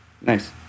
Nice